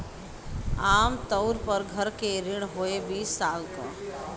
आम तउर पर घर के ऋण होइ बीस साल क